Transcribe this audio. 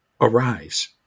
arise